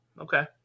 okay